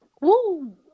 Woo